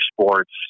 sports